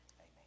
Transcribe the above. Amen